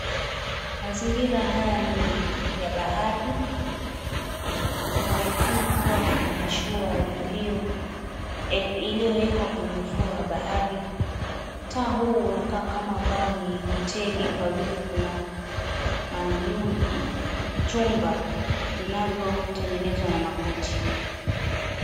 Mazingira haya ni ya bahari. Kunaonekana kuwa kuna mashua iliyoekwa kwenye ufuo wa bahari. Mtaa huu unakaa kama ambao ni hoteli kwavile kuna jumba vinavyo tengenezwa na makuti.